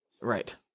Right